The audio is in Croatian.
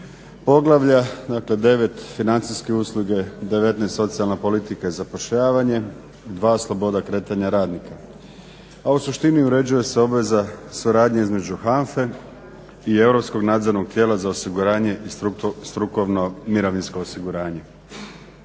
poglavlja, dakle 9. – Financijske usluge, 19. – Socijalna politika i zapošljavanje, 2. – Sloboda kretanja radnika. A u suštini uređuje se obveza suradnje između HANFA-e i Europskog nadzornog tijela za osiguranje i strukovno mirovinsko osiguranje.